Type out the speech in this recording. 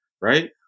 right